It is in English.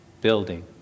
building